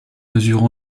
mesure